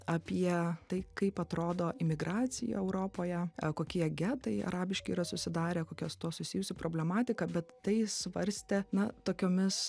apie tai kaip atrodo imigracija europoje kokie getai arabiški yra susidarę kokia su tuo susijusi problematika bet tai svarstė na tokiomis